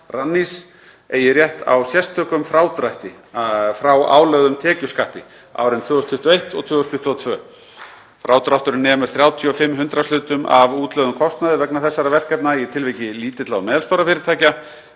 Rannís, eigi rétt á sérstökum frádrætti frá álögðum tekjuskatti árin 2021 og 2022. Frádrátturinn nemur 35 hundraðshlutum af útlögðum kostnaði vegna þessara verkefna í tilviki lítilla og meðalstórra fyrirtækja